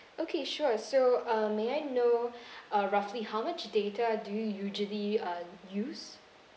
okay sure so uh may I know uh roughly how much data do you usually uh use